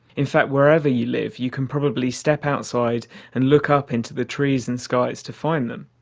in fact, wherever you live, you can probably step outside and look up into the trees and skies to find them,